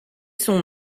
son